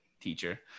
teacher